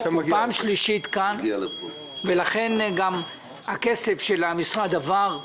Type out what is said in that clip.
הוא פעם שלישית כאן ולכן גם הכסף של המשרד עבר.